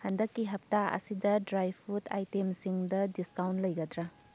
ꯍꯟꯗꯛꯀꯤ ꯍꯞꯇꯥ ꯑꯁꯤꯗ ꯗ꯭ꯔꯥꯏ ꯐ꯭ꯔꯨꯠ ꯑꯥꯏꯇꯦꯝꯁꯤꯡꯗ ꯗꯤꯁꯀꯥꯎꯟ ꯂꯩꯒꯗ꯭ꯔꯥ